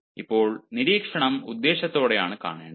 ഇപ്പോൾ നിരീക്ഷണം ഉദ്ദേശ്യത്തോടെയാണ് കാണേണ്ടത്